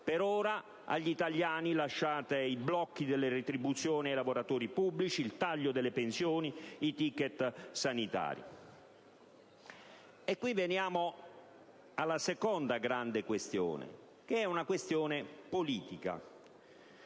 Per ora agli italiani lasciate i blocchi delle retribuzioni ai lavoratori pubblici, il taglio alle pensioni, i *ticket* sanitari. Veniamo alla seconda grande questione, che è politica: